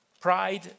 Pride